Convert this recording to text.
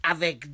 Avec